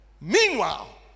Meanwhile